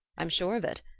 i'm sure of it.